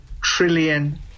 trillion